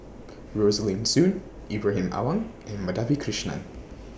Rosaline Soon Ibrahim Awang and Madhavi Krishnan